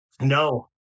no